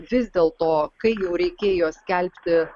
vis dėl to kai jau reikėjo skelbti